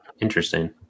Interesting